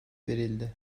verildi